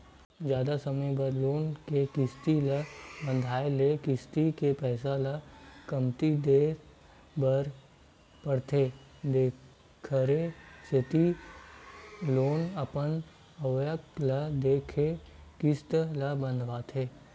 जादा समे बर लोन के किस्ती ल बंधाए ले किस्ती के पइसा ल कमती देय बर परथे एखरे सेती लोगन अपन आवक ल देखके किस्ती ल बंधवाथे